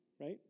right